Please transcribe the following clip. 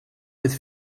with